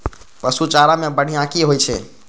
पशु चारा मैं बढ़िया की होय छै?